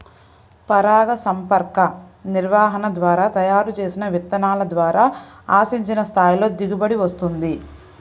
పరాగసంపర్క నిర్వహణ ద్వారా తయారు చేసిన విత్తనాల ద్వారా ఆశించిన స్థాయిలో దిగుబడి వస్తుంది